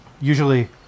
usually